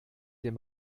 dem